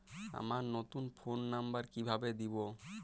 আমার নতুন phone number কিভাবে দিবো?